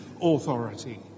authority